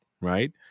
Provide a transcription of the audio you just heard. right